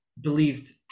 believed